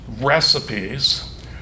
recipes